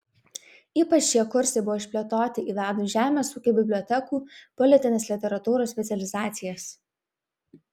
ypač šie kursai buvo išplėtoti įvedus žemės ūkio bibliotekų politinės literatūros specializacijas